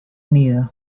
unido